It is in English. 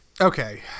Okay